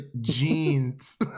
jeans